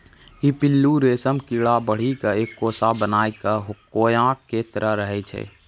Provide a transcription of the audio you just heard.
ई पिल्लू रेशम कीड़ा बढ़ी क एक कोसा बनाय कॅ कोया के तरह रहै छै